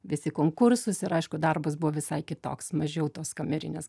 visi konkursus ir aišku darbas buvo visai kitoks mažiau tos kamerinės